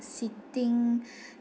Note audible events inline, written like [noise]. sitting [breath]